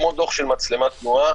כמו בדוח של מצלמת תנועה,